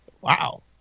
Wow